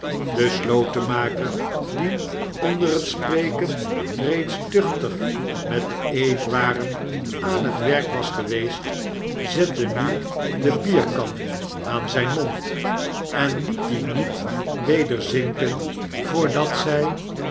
de slotenmaker die onder het spreken reeds duchtig met de eetwaren aan het werk was geweest zette nu de bierkan aan zijn mond en het die niet weder zinken voordat zij